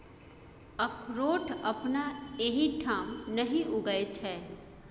अकरोठ अपना एहिठाम नहि उगय छै